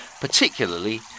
particularly